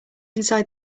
inside